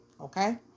okay